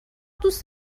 دوست